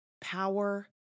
power